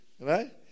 right